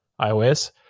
iOS